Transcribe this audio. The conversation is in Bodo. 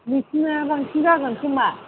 बिसिनिया बांसिन जागोन खोमा